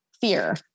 fear